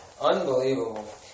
Unbelievable